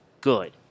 good